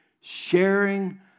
sharing